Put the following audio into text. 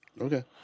Okay